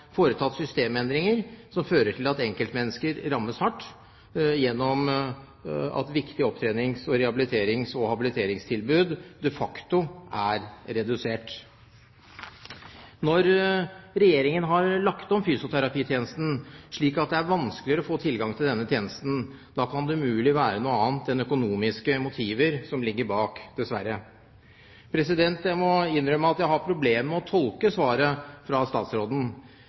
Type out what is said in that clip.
foretatt systemendringer som fører til at enkeltmennesker rammes hardt, gjennom at viktige opptrenings-, rehabiliterings- og habiliteringstilbud de facto er redusert. Når Regjeringen har lagt om fysioterapitjenesten slik at det er vanskeligere å få tilgang til denne tjenesten, da kan det umulig være noe annet enn økonomiske motiver som ligger bak – dessverre. Jeg må innrømme at jeg har problemer med å tolke svaret fra statsråden.